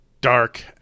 dark